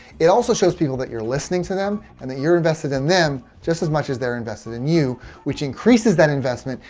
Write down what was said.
it also shows people that you're listening to them, and that you're invested in them just as much as they're invested in you which increases that investment,